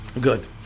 Good